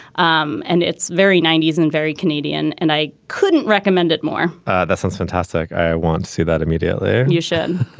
um and it's very ninety s and and very canadian. and i couldn't recommend it more that's fantastic. i want to see that immediately. and you should.